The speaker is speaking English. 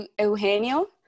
Eugenio